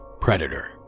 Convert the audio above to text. predator